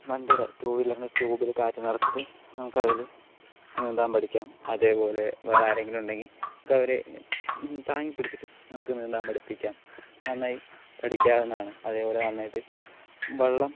വണ്ടിയുടെ ടു വീലറിൻ്റെ ട്യൂബിൽ കാറ്റ് നിറച്ചിട്ട് നമുക്കതിൽ നീന്താൻ പഠിക്കാം അതേപോലെ വേറാരെങ്കിലും ഉണ്ടെങ്കിൽ നമുക്കവരെ താങ്ങിപ്പിടിച്ചിട്ട് നമുക്ക് നീന്താൻ പഠിപ്പിക്കാം നന്നായി പഠിക്കാവുന്നതാണ് അതേപോലെ നന്നായിട്ട് വെള്ളം